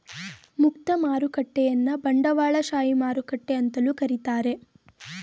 ಮುಕ್ತ ಮಾರುಕಟ್ಟೆಯನ್ನ ಬಂಡವಾಳಶಾಹಿ ಮಾರುಕಟ್ಟೆ ಅಂತಲೂ ಕರೀತಾರೆ